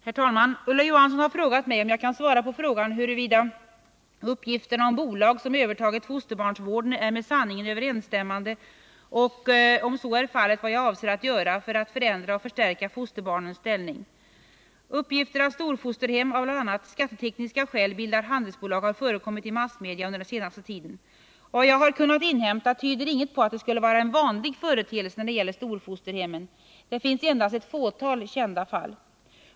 Herr talman! Ulla Johansson har frågat mig om jag kan svara på frågan huruvida uppgifterna om bolag som övertagit fosterbarnsvården är med sanningen överensstämmande och, om s fallet, vad jag avser att göra för att förändra och förstärka fosterbarnens ställning. Uppgifter om att storfosterhem av bl.a. skattetekniska skäl bildar handelsbolag har förekommit i massmedia under den senaste tiden. Av vad jag har kunnat inhämta tyder inget på att det skulle vara en vanlig företeelse när det gäller storfosterhemmen. Det finns endast ett fåtal kända fall.